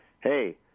hey